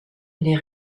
les